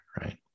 right